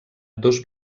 dos